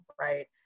right